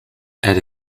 elle